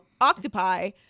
Octopi